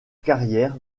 carrière